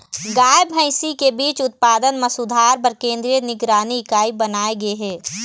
गाय, भइसी के बीज उत्पादन म सुधार बर केंद्रीय निगरानी इकाई बनाए गे हे